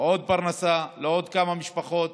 עוד פרנסה לעוד כמה משפחות.